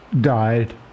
died